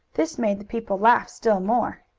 this made the people laugh still more.